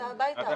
אתה